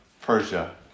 Persia